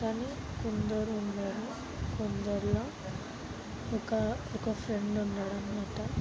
కానీ కొందరు ఉన్నారు కొందరిలో ఒక ఒక ఫ్రెండ్ ఉన్నాడనమాట